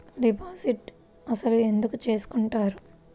Deposit అసలు ఎందుకు చేసుకుంటారు?